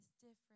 different